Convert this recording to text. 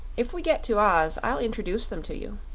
if we get to oz i'll introduce them to you.